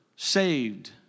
Saved